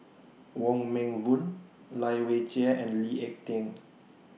Wong Meng Voon Lai Weijie and Lee Ek Tieng